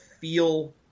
feel